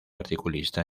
articulista